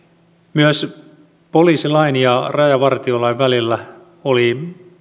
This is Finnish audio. myös poliisilain ja rajavartiolain välillä oli